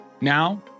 Now